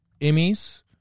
Emmys